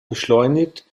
beschleunigt